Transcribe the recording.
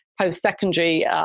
post-secondary